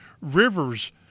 Rivers